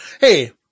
hey